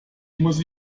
muss